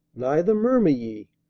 neither murmur ye,